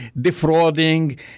defrauding